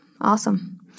awesome